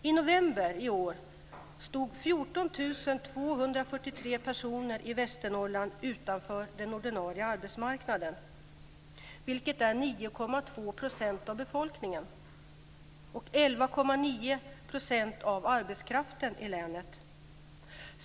I november i år stod 14 243 personer i Västernorrland utanför den ordinarie arbetsmarknaden, vilket är 9,2 % av befolkningen och 11,9 % av arbetskraften i länet.